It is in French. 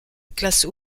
classe